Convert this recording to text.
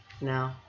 No